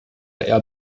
air